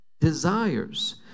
desires